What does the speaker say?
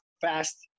fast